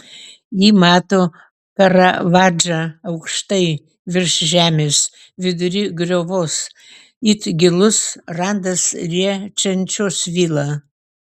ji mato karavadžą aukštai virš žemės vidury griovos it gilus randas riečiančios vilą